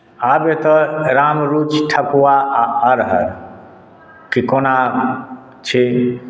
आब एतय रामरुचि ठकुआ आ अरहरके कोना छै